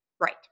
right